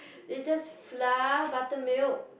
is just flour buttermilk